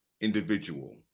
individual